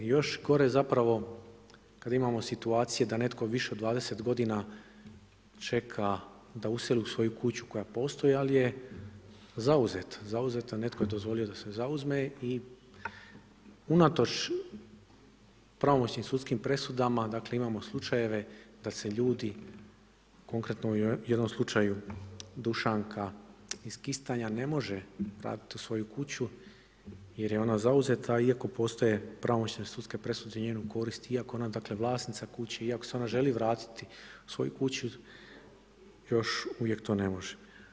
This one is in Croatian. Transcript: Još gore zapravo kad imamo situacije da netko više od 20 godina čeka da useli u svoju kuću koja postoji ali je zauzeta, netko je dozvolio da se zauzme i unatoč pravomoćnim sudskim presudama dakle, imamo slučajeve da se ljudi konkretno u jednom slučaju Dušanka iz Kistanja ne može vratiti u svoju kuću jer je ona zauzeta iako postoje pravomoćne sudske presude u njenu korist iako je ona dakle, vlasnica kuće, iako se ona želi vratiti u svoju kuću još uvijek to ne može.